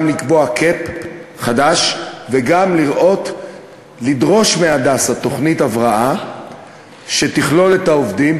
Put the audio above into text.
גם לקבוע cap חדש וגם לדרוש מ"הדסה" תוכנית הבראה שתכלול את העובדים,